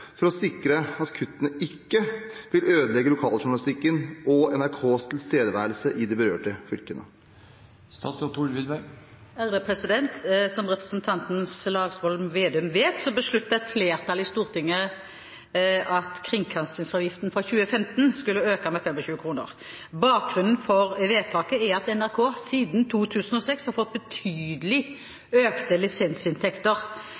for å sikre at kuttene ikke vil rasere lokaljournalistikken og NRKs tilstedeværelse i de berørte fylkene?» Som representanten Slagsvold Vedum vet, besluttet et flertall i Stortinget at kringkastingsavgiften for 2015 skulle øke med 25 kr. Bakgrunnen for vedtaket er at NRK siden 2006 har fått betydelig økte lisensinntekter.